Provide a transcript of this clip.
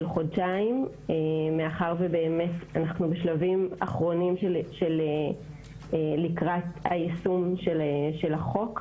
חודשיים מאחר ואנחנו בשלבים אחרונים לקראת יישום החוק,